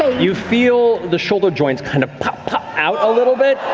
ah you feel the shoulder joints kind of pop, pop out a little bit,